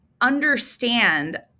understand